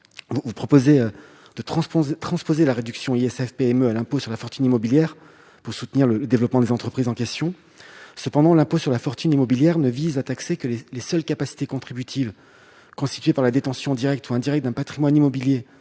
Vous proposez de transposer le dispositif ISF-PME à l'impôt sur la fortune immobilière pour soutenir le développement des petites entreprises. Cependant, l'impôt sur la fortune immobilière ne vise à taxer que les seules capacités contributives résultant de la détention directe ou indirecte d'un patrimoine immobilier